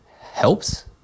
helps